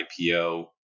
IPO